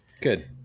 Good